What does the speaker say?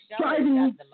Driving